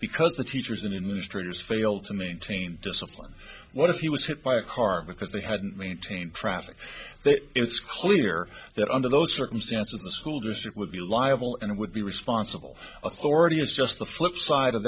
because the teachers and administrators fail to maintain discipline what if he was hit by a car because they hadn't maintained traffic it's clear that under those circumstances the school district would be liable and would be responsible authority is just the flipside of